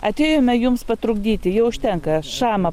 atėjome jums patrukdyti jau užtenka šamą